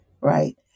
Right